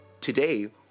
Today